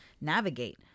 navigate